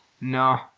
No